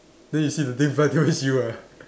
then you see the thing fly towards you ah